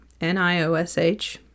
NIOSH